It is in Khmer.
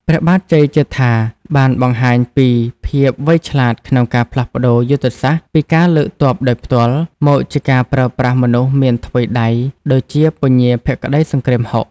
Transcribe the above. ព្រះបាទជ័យជេដ្ឋា បានបង្ហាញពីភាពវៃឆ្លាតក្នុងការផ្លាស់ប្តូរយុទ្ធសាស្ត្រពីការលើកទ័ពដោយផ្ទាល់ មកជាការប្រើប្រាស់មនុស្សមានថ្វីដៃដូចជាពញាភក្តីសង្គ្រាមហុក ។